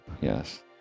yes